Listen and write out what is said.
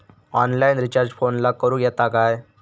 Online recharge फोनला करूक येता काय?